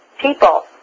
people